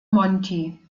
monti